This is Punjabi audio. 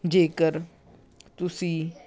ਜੇਕਰ ਤੁਸੀਂ